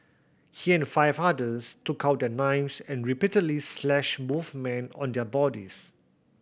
he and five others took out their knives and repeatedly slashed both men on their bodies